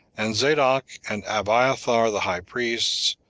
and zadok and abiathar the high priests,